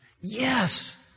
Yes